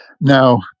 Now